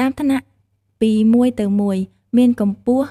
តាមថ្នាក់ពីមួយទៅមួយ មានកំពស់៥